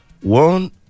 One